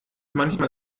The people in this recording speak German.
manchmal